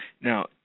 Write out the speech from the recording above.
Now